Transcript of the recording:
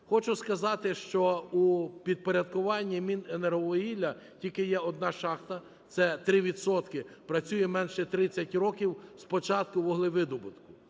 Хочу сказати, що у підпорядкуванні Міненерговугілля тільки є одна шахта – це 3 відсотки, - працює менше 30 років з початку вуглевидобутку.